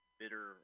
bitter